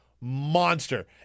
monster